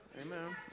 amen